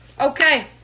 Okay